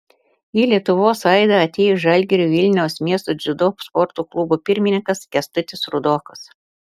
į lietuvos aidą atėjo žalgirio vilniaus miesto dziudo sporto klubo pirmininkas kęstutis rudokas